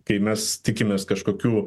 kai mes tikimės kažkokių